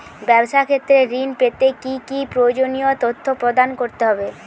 ব্যাবসা ক্ষেত্রে ঋণ পেতে কি কি প্রয়োজনীয় তথ্য প্রদান করতে হবে?